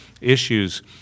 issues